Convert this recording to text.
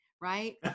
right